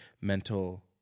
mental